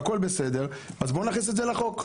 והכול בסדר אז בואו נכניס את זה לחוק.